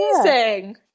Amazing